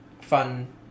fun